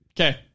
Okay